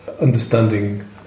understanding